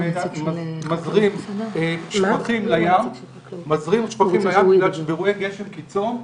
אנחנו ערוכים לסייע למגיבים הראשונים בהיערכות באירועי קיצון.